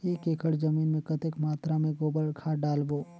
एक एकड़ जमीन मे कतेक मात्रा मे गोबर खाद डालबो?